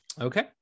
Okay